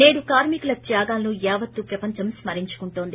నేడు కార్మి కుల త్యాగాలను యావత్తు ప్రపంచం స్మ రించు కుంటోంది